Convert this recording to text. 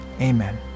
Amen